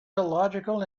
illogical